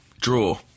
draw